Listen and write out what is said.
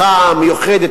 הנחה מיוחדת,